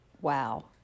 wow